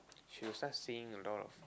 she will start seeing a lot of